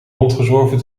rondgezworven